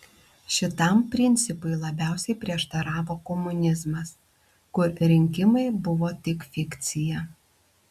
šitam principui labiausiai prieštaravo komunizmas kur rinkimai buvo tik fikcija